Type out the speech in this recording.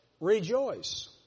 Rejoice